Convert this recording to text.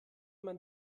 man